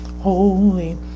holy